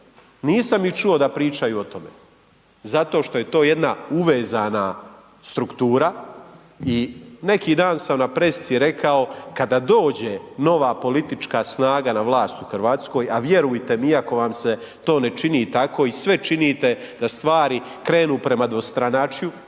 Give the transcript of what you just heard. nisam ih čuo da pričaju o tome. Zato što je to jedna uvezana struktura i neki dan sam na pressici rekao kada dođe nova politička snaga na vlast u Hrvatskoj, a vjerujte mi iako vam se to ne čini tako i sve činite da stvari krenu prema dvostranačju